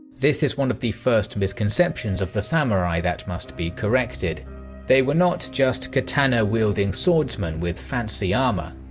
this is one of the first misconceptions of the samurai that must be corrected they were not just katana wielding swordsmen with fancy armour.